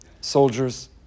Soldiers